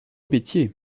métier